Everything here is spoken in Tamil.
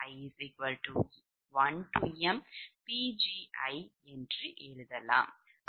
மேலும் fʎi1mPgi என்று எழுதலாம்